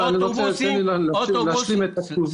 אבל תן לי להשלים את התשובה.